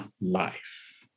life